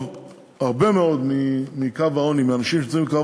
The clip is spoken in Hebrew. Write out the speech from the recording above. והרבה מאוד מהאנשים שנמצאים מתחת לקו